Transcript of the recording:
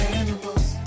animals